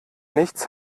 nichts